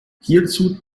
hierzu